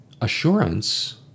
assurance